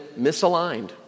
misaligned